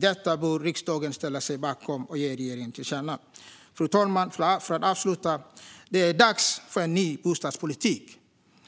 Detta bör riksdagen ställa sig bakom och ge regeringen till känna. Fru talman! För att avsluta: Det är dags för en ny bostadspolitik